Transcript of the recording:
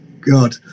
God